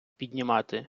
піднімати